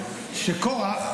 הסברתי שיש כאן צדיקה אחת,